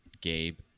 gabe